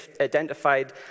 identified